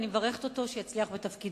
ואני מברכת אותו שיצליח בתפקידו.